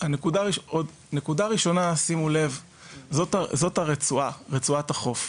נקודה ראשונה, זאת הרצועה, רצועת החוף.